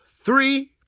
three